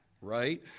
Right